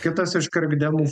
kitas iš krikdemų